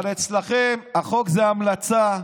אבל אצלכם החוק זה המלצה,